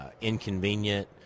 inconvenient